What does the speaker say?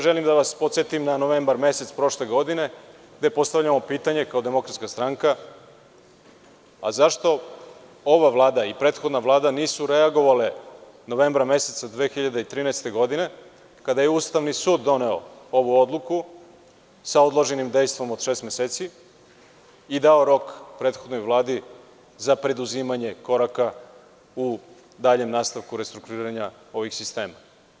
Želim da vas podsetim na novembar mesec prošle godine, gde postavljamo pitanje, kao DS, zašto ova Vlada i prethodna Vlada nisu reagovale novembra meseca 2013. godine, kada je Ustavni sud doneo ovu odluku sa odloženim dejstvom od šest meseci i da rok prethodnoj Vladi za preduzimanje koraka u daljem nastavku restrukturiranja ovih sistema?